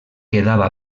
quedava